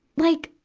like,